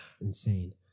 insane